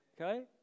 Okay